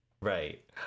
Right